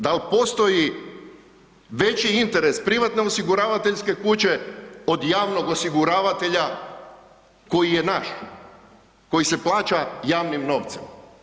Da li postoji veći interes privatne osiguravateljske kuće od javnog osiguravatelja koji je naš, koji se plaća javnim novcem?